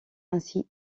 ainsi